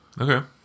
Okay